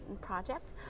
project